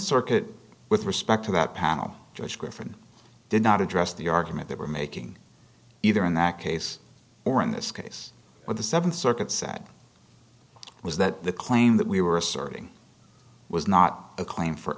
circuit with respect to that panel just griffin did not address the argument they were making either in that case or in this case but the th circuit said was that the claim that we were asserting was not a claim for